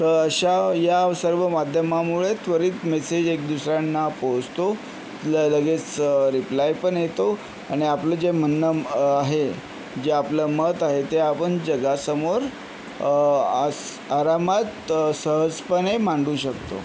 तर अशा या सर्व माध्यमामुळे त्वरित मेसेज एक दुसऱ्यांना पोहोचतो ल लगेच रिप्लाय पण येतो आणि आपलं जे म्हणणं आहे जे आपलं मत आहे ते आपण जगासमोर आस आरामात सहजपणे मांडू शकतो